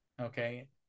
Okay